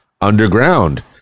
underground